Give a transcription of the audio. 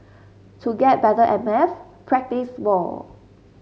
to get better at maths practise more